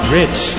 rich